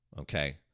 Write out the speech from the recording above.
Okay